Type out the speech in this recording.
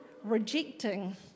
rejecting